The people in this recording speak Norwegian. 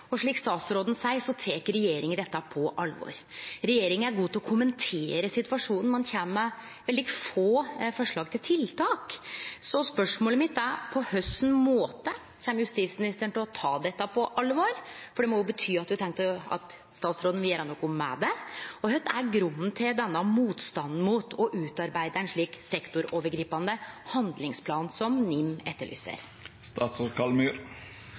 Statsråden seier at regjeringa tek dette på alvor. Regjeringa er god til å kommentere situasjonen, men kjem med litt få forslag til tiltak. Så spørsmålet mitt er: På kva måte kjem justisministeren til å ta dette på alvor – for det må jo bety at statsråden har tenkt å gjere noko med det? Kva er grunnen til denne motstanden mot å utarbeide ein slik sektorovergripande handlingsplan som NIM